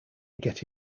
get